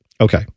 Okay